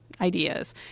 ideas